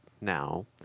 now